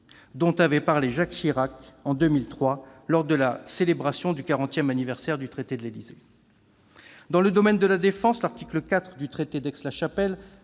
dont avait parlé Jacques Chirac en 2003, lors de la célébration du quarantième anniversaire du traité de l'Élysée. Dans le domaine de la défense, l'article 4 du traité d'Aix-la-Chapelle